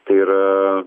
tai yra